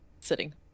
sitting